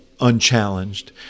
unchallenged